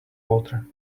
water